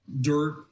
dirt